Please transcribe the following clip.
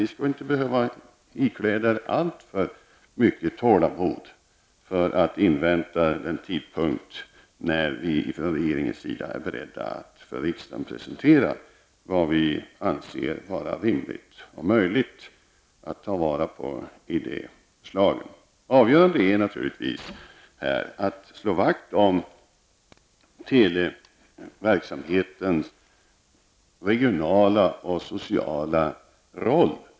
Ni skall inte behöva ikläda er alltför mycket tålamod för att kunna invänta den tidpunkt då vi i regeringen är beredda att för riksdagen presentera vad vi anser vara rimligt och möjligt att ta vara på i framlagda förslag. Avgörande här blir naturligtvis att slå vakt om televerksamhetens regionala och sociala roll.